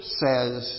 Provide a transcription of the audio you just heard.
says